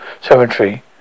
Cemetery